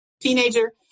teenager